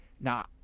Now